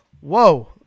Whoa